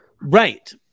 Right